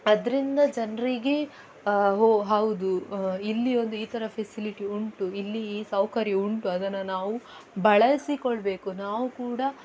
ಅದರಿಂದ ಜನರಿಗೆ ಹೋ ಹೌದು ಇಲ್ಲಿ ಒಂದು ಈ ಥರ ಫೆಸಿಲಿಟಿ ಉಂಟು ಇಲ್ಲಿ ಈ ಸೌಕರ್ಯ ಉಂಟು ಅದನ್ನು ನಾವು ಬಳಸಿಕೊಳ್ಳಬೇಕು ನಾವು ಕೂಡ